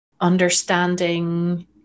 understanding